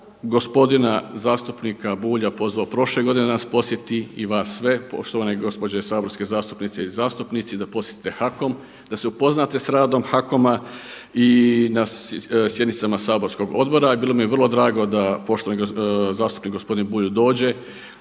gospodina zastupnika Bulja pozvao prošle godine da nas posjeti i vas sve poštovane gospođe saborske zastupnice i zastupnici da posjete HAKOM, da se upoznate sa radom HAKOM-a i na sjednicama saborskog odbora bilo mi je vrlo drago da poštovani zastupnik gospodin Bulj dođe